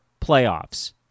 playoffs